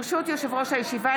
ברשות יושב-ראש הישיבה,